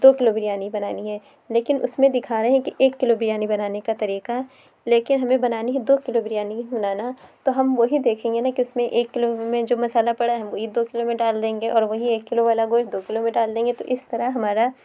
دو kilo biryani بنانی ہے لیکن اس میں دکھا رہے ہیں کہ ایک کلو بریانی بنانے کا طریقہ لیکن ہمیں بنانی ہے دو کلو بریانی بنانا تو ہم وہی دیکھیں گے نا کہ اس میں ایک کلو میں جو مسالہ پڑا ہے ہم وہی دو کلو میں ڈال دیں گے اور وہی ایک کلو والا گوشت دو کلو میں ڈال دیں گے تو اس طرح ہمارا